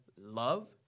love